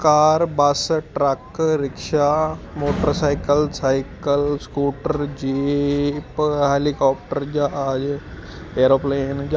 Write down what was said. ਕਾਰ bus truck rickshaw motorcycle cycle scooter jeep helicopter ਜਹਾਜ਼ aeroplane